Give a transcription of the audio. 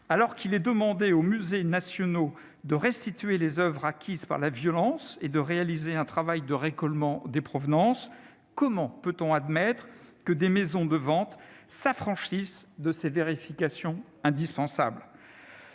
Alors qu'il est demandé aux musées nationaux de restituer les oeuvres acquises par la violence et de réaliser un travail de récolement des provenances, comment peut-on admettre que des maisons de vente s'affranchissent de ces vérifications indispensables ?